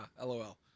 LOL